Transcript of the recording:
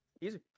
Easy